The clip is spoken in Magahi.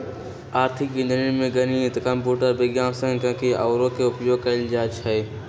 आर्थिक इंजीनियरिंग में गणित, कंप्यूटर विज्ञान, सांख्यिकी आउरो के उपयोग कएल जाइ छै